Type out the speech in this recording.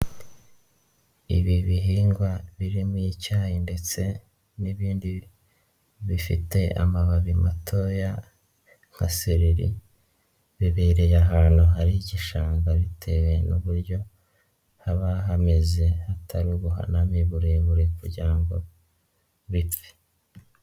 Ibi bihingwa birimo icyayi ndetse n'ibindi bifite amababi matoya nka sereri bibereye ahantu hari igishanga bitewe n'uburyo haba hameze hatari ubuhaname burebure kugira ngo bipfe.